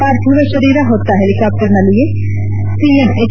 ಪಾರ್ಥಿವ ಶರೀರ ಹೊತ್ತ ಹೆಲಿಕಾಪ್ಸರ್ನಲ್ಲಿಯೇ ಸಿಎಂ ಎಚ್